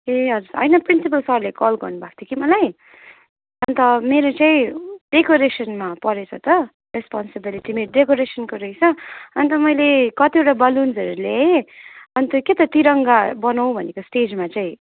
ए हजुर होइन प्रिन्सिपल सरले कल गर्नु भएको थियो कि मलाई अन्त मेरो चाहिँ डेकोरेसनमा परेको छ त रेस्पोन्सिबिलिटी मेरो डेकोरेसनको रहेछ अन्त मैले कतिवटा बेलुन्सहरू ल्याएँ अन्त के त तिरङ्गा बनाऊँ भनेको स्टेजमा चाहिँ